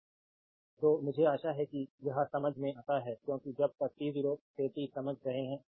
तो 2 मुझे आशा है कि यह समझ में आता है क्योंकि जब यह t0 से t समझ रहे हैं